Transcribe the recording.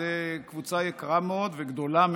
זו קבוצה יקרה מאוד וגדולה מאוד,